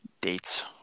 dates